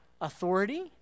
authority